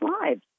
lives